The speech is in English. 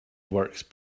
works